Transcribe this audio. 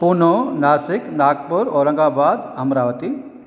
पुनो Nashik Nagpur Aurangabad Amravati